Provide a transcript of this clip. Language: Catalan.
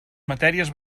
matèries